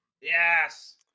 Yes